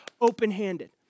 open-handed